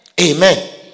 Amen